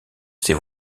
ses